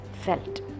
felt